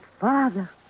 father